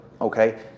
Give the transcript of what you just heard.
Okay